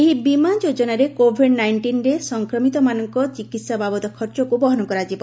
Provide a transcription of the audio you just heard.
ଏହି ବୀମା ଯୋଚ୍ଚନାରେ କୋଭିଡ୍ ନାଇଷ୍ଟିନ୍ରେ ସଂକ୍ରମିତମାନଙ୍କ ଚିକିତ୍ସା ବାବଦ ଖର୍ଚ୍ଚକୁ ବହନ କରାଯିବ